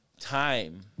Time